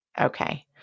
Okay